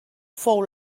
fou